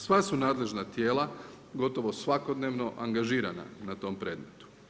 Sva su nadležna tijela gotovo svakodnevno angažirana na tom predmetu.